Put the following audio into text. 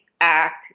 act